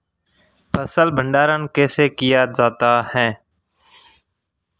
फ़सल भंडारण कैसे किया जाता है?